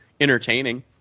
entertaining